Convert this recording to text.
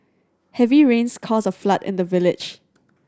heavy rains caused a flood in the village